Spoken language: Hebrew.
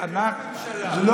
הבחירות הן לכנסת, לא לממשלה.